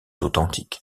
authentique